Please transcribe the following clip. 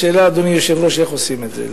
השאלה, אדוני היושב-ראש, איך עושים את זה.